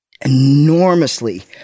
enormously